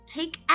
Take